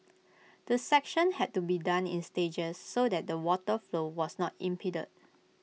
the section had to be done in stages so that the water flow was not impeded